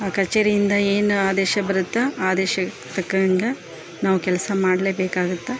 ಆ ಕಚೇರಿಯಿಂದ ಏನು ಆದೇಶ ಬರುತ್ತೆ ಆ ಆದೇಶಕ್ಕೆ ತಕ್ಕಂಗೆ ನಾವು ಕೆಲಸ ಮಾಡಲೇಬೇಕಾಗುತ್ತೆ